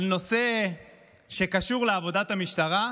על נושא שקשור בעבודת המשטרה,